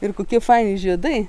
ir kokie faini žiedai